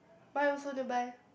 mine also nearby